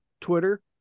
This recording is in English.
twitter